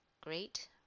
great